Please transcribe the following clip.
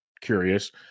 curious